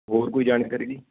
ਹੋਰ ਕੋਈ ਜਾਣਕਾਰੀ ਜੀ